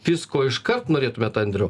visko iškart norėtumėt andriau